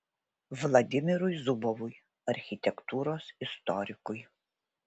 vladimirui zubovui architektūros istorikui